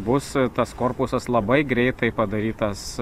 bus tas korpusas labai greitai padarytas